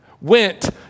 went